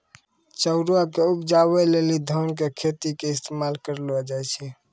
चाउरो के उपजाबै लेली धान के खेतो के इस्तेमाल करलो जाय छै